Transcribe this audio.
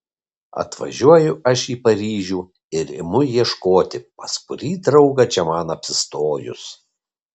atvažiuoju aš į paryžių ir imu ieškoti pas kurį draugą čia man apsistojus